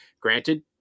Granted